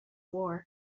war